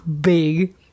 big